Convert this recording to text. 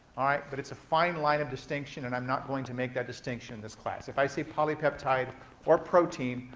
but it's a fine line of distinction and i'm not going to make that distinction this class. if i say polypeptide or protein,